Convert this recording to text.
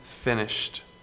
Finished